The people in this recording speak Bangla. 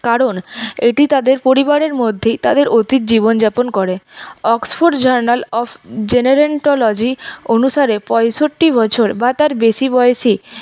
কারণ এটি তাদের পরিবারের মধ্যেই তাদের অতীত জীবন যাপন করে অক্সফোর্ড জার্নাল অব জেরেন্টলজি অনুসারে পঁয়ষট্টি বছর বা তার বেশি বয়সী